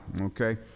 okay